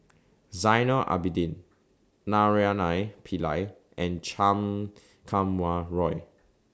Zainal Abidin Naraina Pillai and Chan Kum Wah Roy